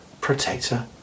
protector